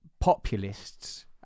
populists